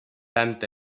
tant